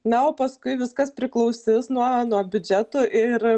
na o paskui viskas priklausys nuo nuo biudžeto ir